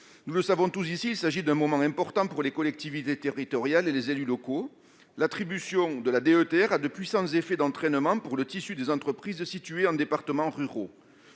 Nous le savons tous ici, il s'agit d'un moment important pour les collectivités territoriales et les élus locaux. L'attribution de la DETR a de puissants effets d'entraînement pour le tissu des entreprises situées dans les départements ruraux.